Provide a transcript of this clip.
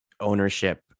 ownership